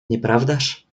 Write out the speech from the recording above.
nieprawdaż